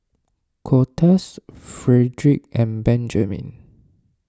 Cortez Fredric and Benjiman